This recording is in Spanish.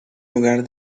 lugar